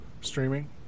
streaming